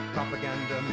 Propaganda